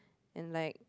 and like